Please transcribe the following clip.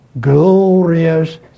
glorious